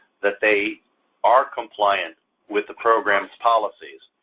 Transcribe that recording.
that they are compliant with the program's policies.